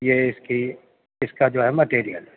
یہ اس کی اس کا جو ہے مٹیریل ہے